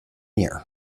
year